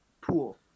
pool